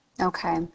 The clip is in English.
Okay